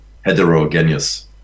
heterogeneous